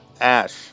Ash